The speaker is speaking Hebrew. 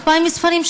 2,000 ספרים,